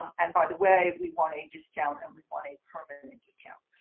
and by the way, we want a discount and we want a permanent and discount.